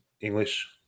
English